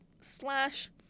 slash